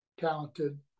talented